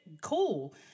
cool